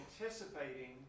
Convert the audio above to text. anticipating